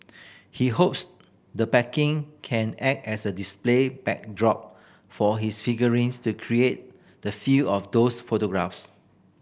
he hopes the packaging can act as a display backdrop for his figurines to recreate the feel of those photographs